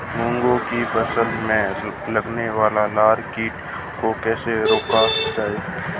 मूंग की फसल में लगने वाले लार कीट को कैसे रोका जाए?